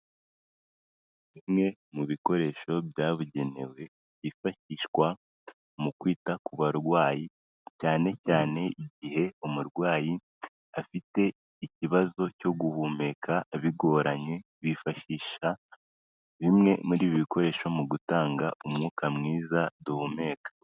Bimwe mu bikoresho byabugenewe byifashishwa mu kwita ku barwayi, cyane cyane igihe umurwayi afite ikibazo cyo guhumeka bigoranye. Bifashisha bimwe muri ibi bikoresho mu gutanga umwuka mwiza duhumeka.